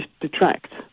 detract